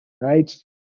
right